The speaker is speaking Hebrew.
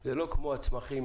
זה לא כמו הצמחים,